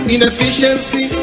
Inefficiency